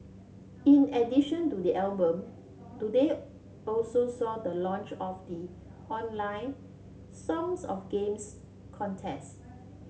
in addition to the album today also saw the launch of the online Songs of Games contest